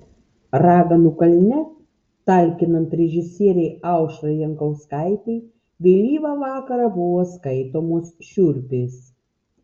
raganų kalne talkinant režisierei aušrai jankauskaitei vėlyvą vakarą buvo skaitomos šiurpės